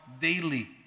daily